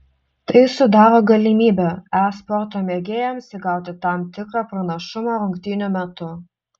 tai sudaro galimybę e sporto mėgėjams įgauti tam tikrą pranašumą rungtynių metu